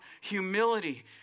Humility